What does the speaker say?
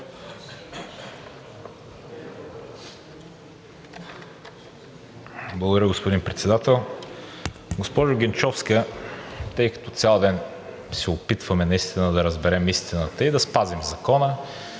Благодаря, господин Председател. Госпожо Генчовска, тъй като цял ден се опитваме да разберем истината и да спазим закона,